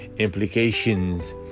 implications